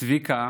צביקה,